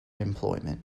employment